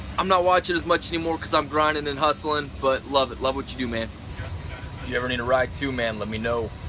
i'm not watching as much any more cause i'm grinding and hustling but love it. love what you do, man. if you ever need a ride too, man, let me know.